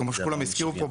כמו שכולם הזכירו פה,